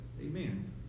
Amen